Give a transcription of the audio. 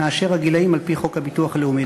מהגילאים על-פי חוק הביטוח הלאומי.